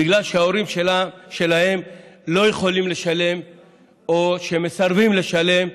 בגלל שההורים שלהם לא יכולים לשלם או שמסרבים לשלם.